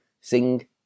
Sing